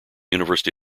university